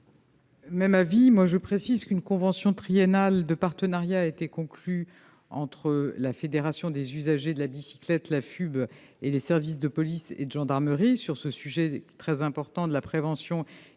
Même avis. Une convention triennale de partenariat a été conclue entre la Fédération française des usagers de la bicyclette, la FUB, et les services de police et de gendarmerie sur le sujet très important de la prévention